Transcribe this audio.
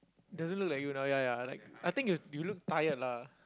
does it look like you now ya ya I like I think you you look tired lah